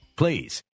please